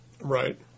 Right